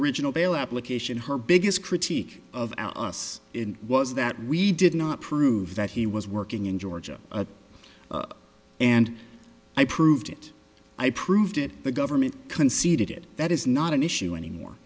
original bail application her biggest critique of us in was that we did not prove that he was working in georgia and i proved it i proved it the government conceded that is not an issue anymore